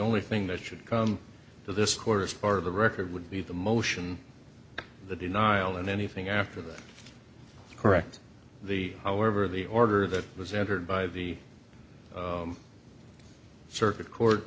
only thing that should come to this court is part of the record would be the motion the denial and anything after that correct the however the order that was entered by the circuit court